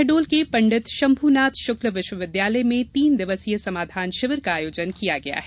शहडोल के पंडित शंभूनाथ शुक्ल विश्वविद्यालय में तीन दिवसीय समाघान शिविर का आयोजन किया गया है